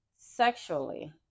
sexually